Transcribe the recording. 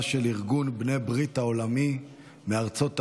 של ארגון בני ברית העולמי מארצות הברית.